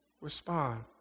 respond